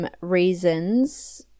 reasons